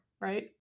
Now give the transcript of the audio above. right